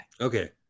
okay